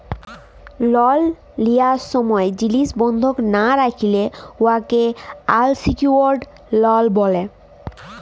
লল লিয়ার ছময় জিলিস বল্ধক লা রাইখলে উয়াকে আলসিকিউর্ড লল ব্যলে